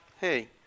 hey